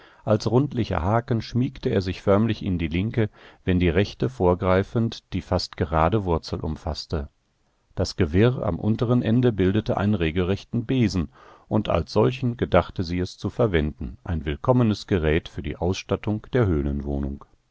als rundlicher haken schmiegte er sich förmlich in die linke wenn die rechte vorgreifend die fast gerade wurzel umfaßte das gewirr am unteren ende bildete einen regelrechten besen und als solchen gedachte sie es zu verwenden ein willkommenes gerät für die ausstattung der